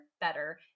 better